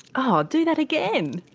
oh, do that again.